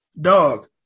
dog